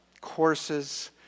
courses